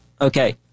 Okay